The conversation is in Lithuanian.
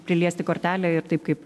priliesti kortelę ir taip kaip